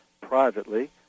privately